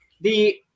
the-